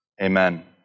Amen